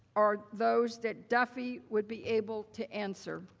are those that duffey would be able to answer.